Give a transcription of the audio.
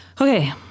okay